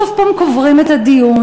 שוב פעם קוברים את הדיון,